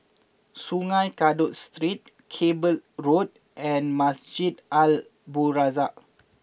Sungei Kadut Street Cable Road and Masjid Al Abdul Razak